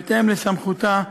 בהתאם לסמכותה כחוק.